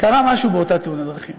קרה משהו באותה תאונת דרכים.